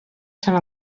sant